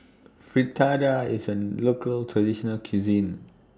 Fritada IS A Local Traditional Cuisine